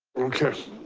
okay,